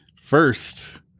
First